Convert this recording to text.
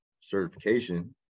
certification